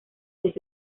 pez